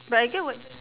but I get what